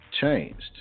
changed